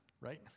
right